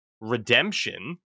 redemption